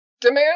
demand